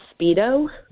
Speedo